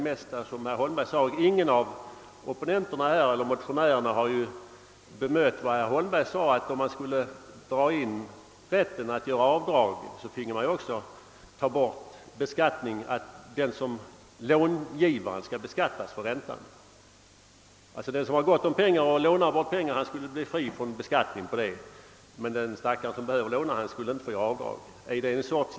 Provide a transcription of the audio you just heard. Det är inte heller någon av hans opponenter bland motionärerna som har bemött herr Holmbergs uppfattning att ett avskaffande av rätten till avdrag vid beskattningen också skulle medföra att föreskrifterna om att långivaren skall beskattas för räntan måste slopas. Den som har det gott ställt och kan låna ut pengar skulle alltså slippa beskattning på sina inkomster härav, medan den stackare som behöver låna inte skulle få göra avdrag.